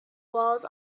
walls